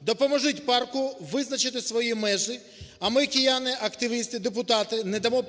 Допоможіть парку визначити свої межі, а ми, кияни, активісти, депутати, не дамо